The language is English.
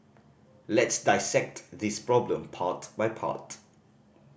let's dissect this problem part by part